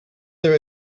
their